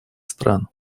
стран